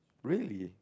really